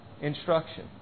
instruction